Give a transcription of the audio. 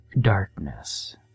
darkness